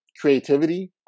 creativity